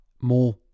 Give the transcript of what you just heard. more